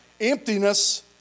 Emptiness